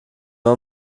man